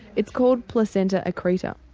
it's called placenta accreta.